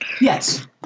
yes